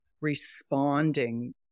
responding